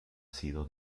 sido